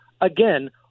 Again